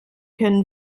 können